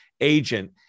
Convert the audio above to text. agent